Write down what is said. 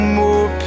more